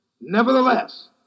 nevertheless